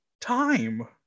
time